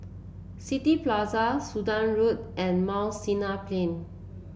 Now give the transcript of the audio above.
City Plaza Sudan Road and Mount Sinai Plain